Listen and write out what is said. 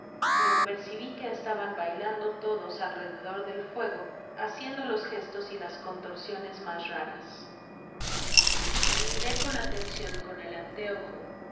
pero percibi que estaban bailando todos alrededor del fuego haciendo los gestos y las contorsiones mas raras miró con atencion con el anteojo